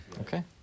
okay